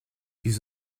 ils